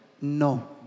No